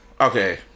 Okay